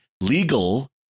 legal